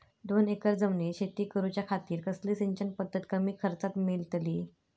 दोन एकर जमिनीत शेती करूच्या खातीर कसली सिंचन पध्दत कमी खर्चात मेलतली?